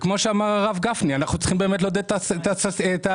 שאמר הרב גפני, אנחנו צריכים לעודד את התעשייה.